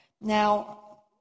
Now